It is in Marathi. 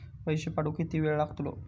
पैशे पाठवुक किती वेळ लागतलो?